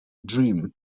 dream